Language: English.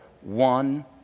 one